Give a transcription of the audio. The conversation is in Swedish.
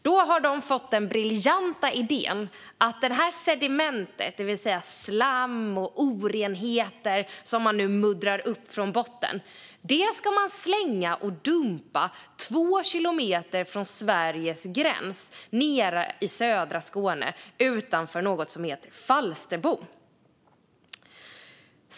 Då har de fått den briljanta idén att sedimentet, det vill säga slam och orenheter som man nu muddrar upp från botten, ska dumpas två kilometer från Sveriges gräns nere i södra Skåne utanför något som heter Falsterbo.